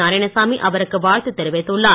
நாராயணசாமி அவருக்கு வாழ்த்து தெரிவித்துள்ளார்